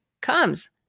comes